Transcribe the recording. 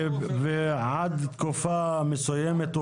ועד תקופה מסוימת,